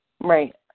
Right